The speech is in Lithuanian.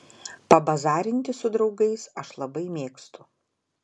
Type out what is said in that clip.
pabazarinti su draugais aš labai mėgstu